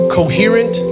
coherent